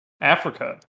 Africa